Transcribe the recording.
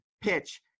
PITCH